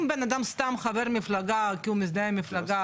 אם בן אדם סתם חבר מפלגה כי הוא מזדהה עם מפלגה,